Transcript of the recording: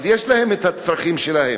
יש להם הצרכים שלהם.